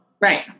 Right